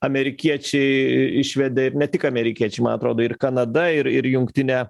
amerikiečiai išvedė ir ne tik amerikiečiai man atrodo ir kanada ir ir jungtinė